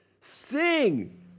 sing